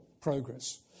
progress